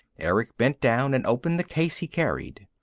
erick bent down and opened the case he carried.